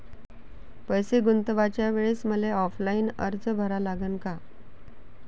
पैसे गुंतवाच्या वेळेसं मले ऑफलाईन अर्ज भरा लागन का?